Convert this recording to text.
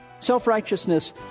Self-righteousness